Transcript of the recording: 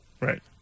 right